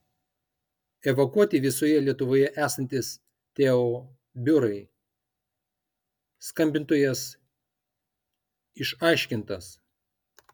evakuoti visoje lietuvoje esantys teo biurai skambintojas išaiškintas